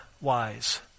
wise